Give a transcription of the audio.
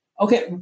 Okay